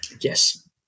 Yes